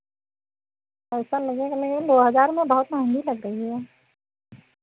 पैसा लगेगा लेकिन दो हज़ार में बहुत महंगी लग गई है